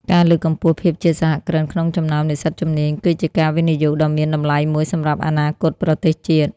ការលើកកម្ពស់ភាពជាសហគ្រិនក្នុងចំណោមនិស្សិតជំនាញ គឺជាការវិនិយោគដ៏មានតម្លៃមួយសម្រាប់អនាគតប្រទេសជាតិ។